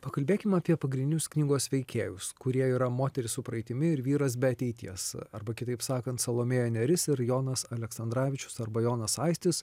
pakalbėkim apie pagrindinius knygos veikėjus kurie yra moteris su praeitimi ir vyras be ateities arba kitaip sakant salomėja nėris ir jonas aleksandravičius arba jonas aistis